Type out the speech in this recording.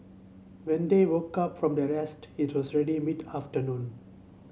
when they woke up from their rest it was ready mid afternoon